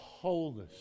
wholeness